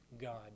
God